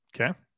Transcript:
Okay